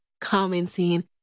commenting